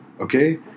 Okay